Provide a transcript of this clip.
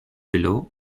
below